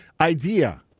idea